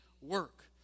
work